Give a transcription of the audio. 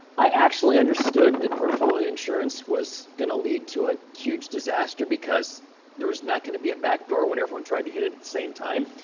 i actually understood that portfolio insurance was going to lead to a huge disaster because there was not going to be a back door when everyone tried to hit it at the same time.